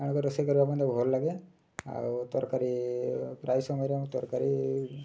ରୋଷେଇ କରିବା ମଧ୍ୟ ଭଲ ଲାଗେ ଆଉ ତରକାରୀ ପ୍ରାୟ ସମୟରେ ମୁଁ ତରକାରୀ